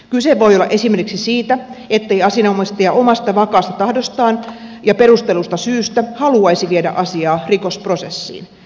kyse voi olla esimerkiksi siitä ettei asianomistaja omasta vakaasta tahdostaan ja perustellusta syystä haluaisi viedä asiaa rikosprosessiin